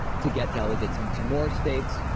to get delegates in some more states.